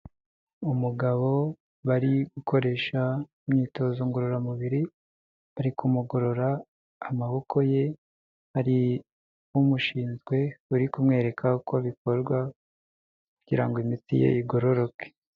Umugabo bari gukoresha imyitozo ngororamubiri, bari kumugorora amaboko ye, hari umushinzwe uri kumwereka uko bikorwa kugira ngo imitsi ye igororoke